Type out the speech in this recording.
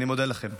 אני מודה לכם.